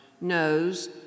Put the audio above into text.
knows